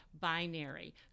binary